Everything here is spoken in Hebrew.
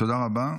תודה רבה.